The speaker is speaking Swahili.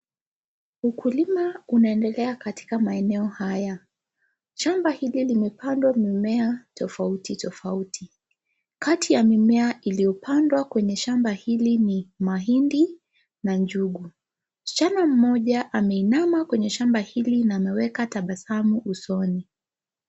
Ukulima unaendelea katika maeneo haya. Shamba hili limepandwa mimea tofauti tofauti. Kati ya mimea iliyopandwa kwenye shamba hili ni mahindi na njugu. Msichana mmoja ameinama kwenye shamba hili na ameweka tabasamu usoni.